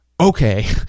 okay